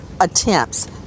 attempts